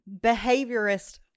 behaviorist